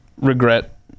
regret